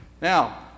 Now